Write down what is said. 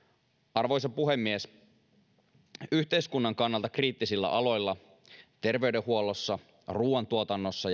arvoisa puhemies yhteiskunnan kannalta kriittisillä aloilla terveydenhuollossa ruuantuotannossa